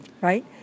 right